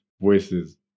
voices